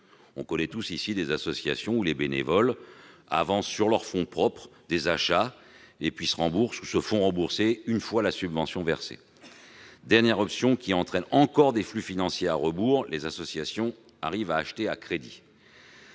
connaissons des associations dont les bénévoles avancent sur leurs fonds propres des achats et se font rembourser une fois la subvention versée. Dernière option, qui entraîne encore des flux financiers à rebours : les associations achètent à crédit.